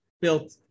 built